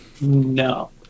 No